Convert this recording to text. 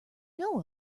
know